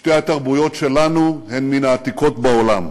שתי התרבויות שלנו הן מן העתיקות בעולם,